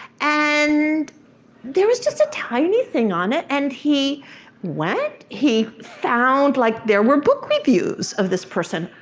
and there was just a tiny thing on it. and he went, he found, like, there were book reviews of this person,